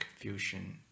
confusion